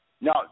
No